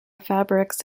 fabrics